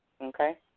okay